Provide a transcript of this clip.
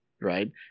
right